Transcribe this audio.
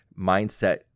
mindset